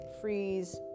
freeze